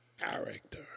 character